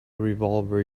revolver